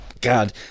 god